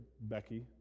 Becky